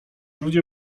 ludzie